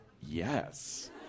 yes